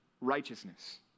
righteousness